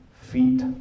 feet